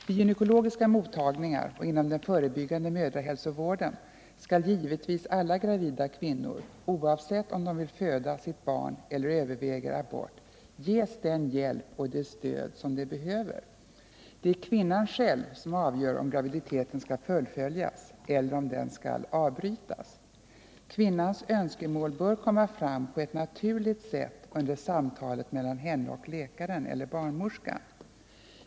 Vid gynekologiska mottagningar och inom den förebyggande mödrahälsovården skall givetvis alla gravida kvinnor, oavsett om de vill föda sitt barn eller överväger abort, ges den hjälp och det stöd som de behöver. Det är kvinnan själv som avgör om graviditeten skall fullföljas eller om den skall avbrytas. Kvinnans önskemål bör komma fram på ett naturligt sätt under samtalet mellan henne och läkaren eller barnmorskan.